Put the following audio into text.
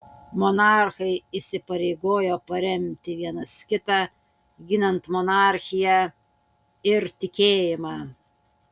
monarchai įsipareigojo paremti vienas kitą ginant monarchiją ir tikėjimą